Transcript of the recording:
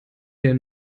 der